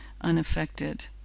unaffected